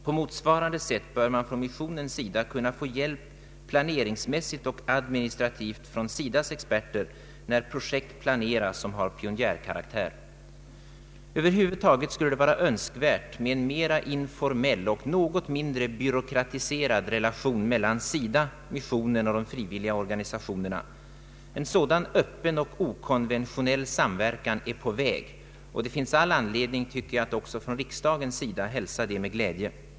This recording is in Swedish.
På motsvarande sätt bör man från missionens sida kunna få hjälp planeringsmässigt och administrativt från SIDA:s experter när projekt planeras som har pionjärkaraktär. Över huvud taget vore det önskvärt med en mera informell och något mindre byråkratiserad relation mellan SIDA, missionen och de frivilliga organisationerna. En sådan öppen och okonventionell samverkan är på väg. Det finns all anledning, tycker jag, att också från riksdagens sida hälsa detta med glädje.